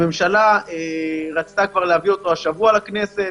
הממשלה רצתה להביא אותו כבר השבוע לכנסת,